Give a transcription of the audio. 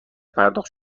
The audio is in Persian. پرداخت